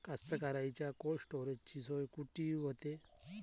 कास्तकाराइच्या कोल्ड स्टोरेजची सोय कुटी होते?